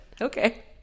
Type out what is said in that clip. okay